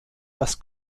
das